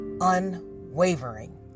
unwavering